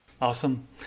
Awesome